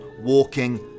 walking